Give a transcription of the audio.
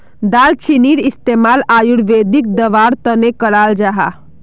दालचीनीर इस्तेमाल आयुर्वेदिक दवार तने कराल जाहा